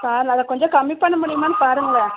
அதை கொஞ்சம் கம்மி பண்ண முடியுமான்னு பாருங்களேன்